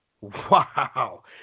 Wow